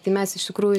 tai mes iš tikrųjų